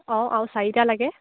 অঁ আৰু চাৰিটা লাগে